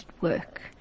work